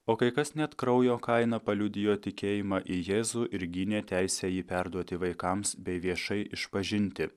o kai kas net kraujo kaina paliudijo tikėjimą į jėzų ir gynė teisę jį perduoti vaikams bei viešai išpažinti